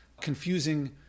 confusing